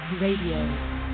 Radio